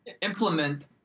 implement